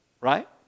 right